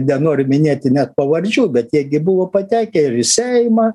nenoriu minėti net pavardžių bet jie gi buvo patekę ir į seimą